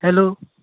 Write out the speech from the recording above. hello